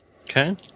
Okay